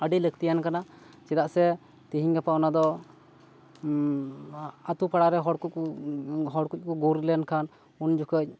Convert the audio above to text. ᱟᱹᱰᱤ ᱞᱟᱹᱠᱛᱤᱭᱟᱱ ᱠᱟᱱᱟ ᱪᱮᱫᱟᱜ ᱥᱮ ᱛᱤᱦᱤᱧ ᱜᱟᱯᱟ ᱚᱱᱟᱫᱚ ᱟᱛᱩ ᱯᱟᱲᱟ ᱨᱮ ᱦᱚᱲ ᱠᱚ ᱠᱚ ᱦᱚᱲ ᱠᱩᱡ ᱠᱚ ᱜᱩᱨ ᱞᱮᱱ ᱠᱷᱟᱱ ᱩᱱᱡᱩᱠᱷᱟᱹᱡ